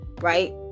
right